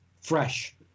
fresh